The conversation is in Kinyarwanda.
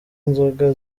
inzoga